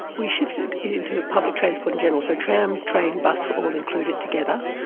we shifted it into public transport in general, so tram, train, bus were all included together.